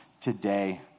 today